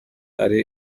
ari